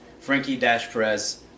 Frankie-Perez-